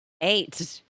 Eight